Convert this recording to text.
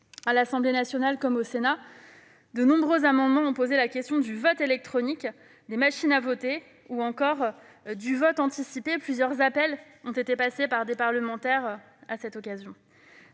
À l'Assemblée nationale comme au Sénat, de nombreux amendements ont été déposés sur les questions relatives au vote électronique, aux machines à voter, ou encore au vote anticipé ; plusieurs appels ont été lancés par des parlementaires à cette occasion.